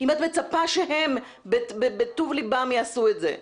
אם את מצפה שהם בטוב ליבם יעשו את זה,